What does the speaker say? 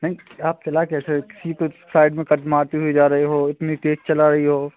नहीं आप चला कैसे साइड में कट मारते हुए जा रहे हो इतनी तेज़ चल रही हो